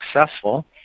successful